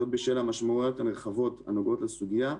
זאת בשל המשמעויות הנרחבות הנוגעות לסוגיה,